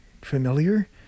familiar